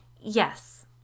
Yes